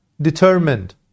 determined